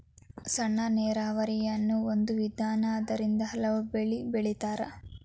ಸಣ್ಣ ನೇರಾವರಿನು ಒಂದ ವಿಧಾನಾ ಅದರಿಂದ ಹಲವು ಬೆಳಿ ಬೆಳಿತಾರ